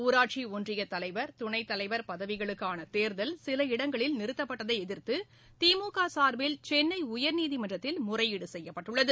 ஊராட்சி ஒன்றிய தலைவர் துணைத்தலைவர் பதவிகளுக்கான தேர்தல் சில இடங்களில் நிறுத்தப்பட்தை எதிர்த்து திமுக சார்பில் சென்ளை உயர்நீதிமன்றத்தில் முறையீடு செய்யப்பட்டுள்ளது